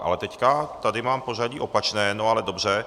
Ale teď tady mám pořadí opačné, ale dobře.